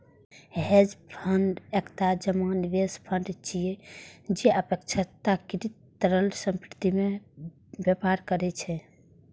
hedge fund एकटा जमा निवेश फंड छियै, जे अपेक्षाकृत तरल संपत्ति मे व्यापार करै छै